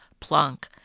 Planck